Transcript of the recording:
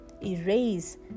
erase